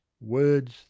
words